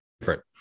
different